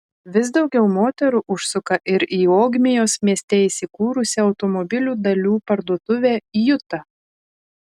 vis daugiau moterų užsuka ir į ogmios mieste įsikūrusią automobilių dalių parduotuvę juta